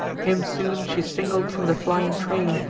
him soon she singled from the flying train,